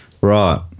Right